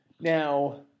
Now